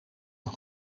een